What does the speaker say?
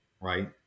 right